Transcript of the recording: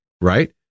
Right